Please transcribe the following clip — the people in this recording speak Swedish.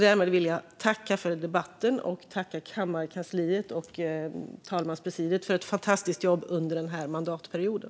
Därmed vill jag tacka för debatten och tacka kammarkansliet och talmanspresidiet för ett fantastiskt jobb under den här mandatperioden.